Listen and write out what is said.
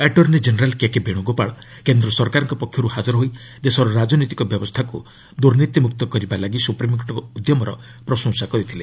attorney general K K Venugopal କେନ୍ଦ୍ର ସରକାରଙ୍କ ପକ୍ଷରୁ ହାଜର ହୋଇ ଦେଶର ରାଜନୈତିକ ବ୍ୟବସ୍ଥାକୁ ଦୁର୍ନୀତିମୁକ୍ତ କରିବା ଲାଗି ସୁପ୍ରିମ୍କୋର୍ଟଙ୍କ ଉଦ୍ୟମର ପ୍ରଶଂସା କରିଥିଲେ